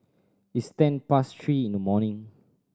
its ten past three in the morning